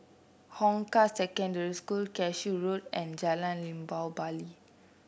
Hong Kah Secondary School Cashew Road and Jalan Limau Bali